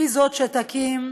לסיים.